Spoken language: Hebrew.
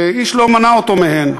שאיש לא מנע אותו מהן.